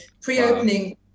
pre-opening